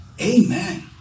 amen